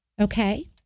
okay